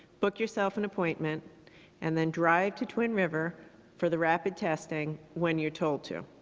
book yourself an appointment and then drive to twin river for the rapid testing when you're told to.